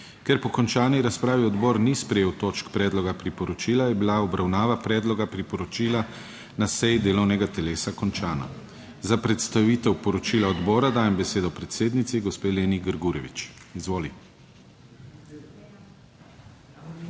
Ker po končani razpravi odbor ni sprejel točk predloga priporočila je bila obravnava predloga priporočila na seji delovnega telesa končana. Za predstavitev poročila odbora dajem besedo predsednici, gospe Leni Grgurevič, izvoli.